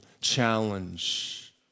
challenge